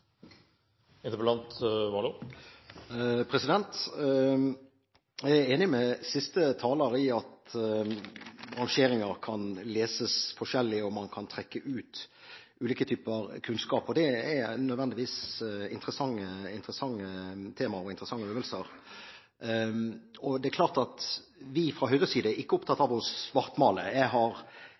i at rangeringer kan leses forskjellig, og man kan trekke ut ulike typer kunnskap. Det er nødvendigvis interessante tema og interessante øvelser. Det er klart at vi fra Høyres side ikke er opptatt av å svartmale. Jeg har